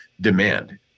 demand